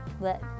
let